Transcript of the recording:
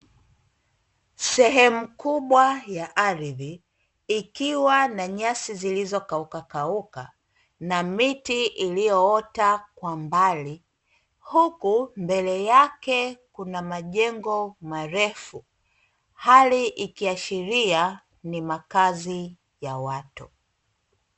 Sehemu kubwa ya ardhi ikiwa na nyasi zilizokaukakauka na miti iliyoota kwa mbali, huku mbele yake kuna majengo marefu hali ikiashiria ni makazi ya watu.